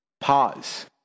Pause